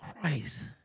Christ